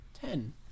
ten